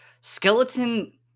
Skeleton